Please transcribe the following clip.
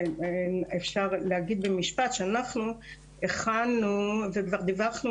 אפשר להגיד במשפט שאנחנו הכנו וכבר דיווחנו